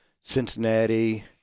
Cincinnati